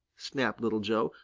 snapped little joe.